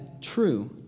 true